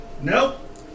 Nope